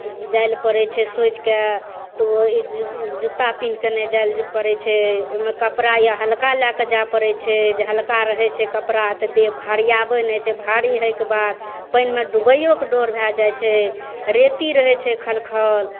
जाएलए पड़ै छै सोचिके तऽ ओ जुत्ता पिन्हके नहि जाएलए पड़ै छै ओहिमे कपड़ा या हल्का लैके जाए पड़ै छै जे हल्का रहै छै कपड़ा तऽ देह भरिआबै नहि छै भारी होइके बाद पानिमे डुबैओके डर भए जाइ छै रेती रहै छै खलखल